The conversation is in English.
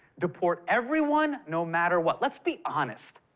deport everyone, no matter what. let's be honest.